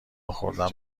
خوردن